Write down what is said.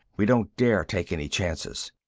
we don't dare take any chances.